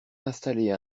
installer